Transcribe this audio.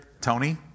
Tony